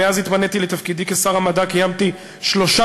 מאז התמניתי לתפקיד שר המדע קיימתי שלושה